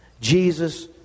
Jesus